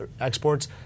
exports